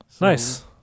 Nice